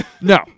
No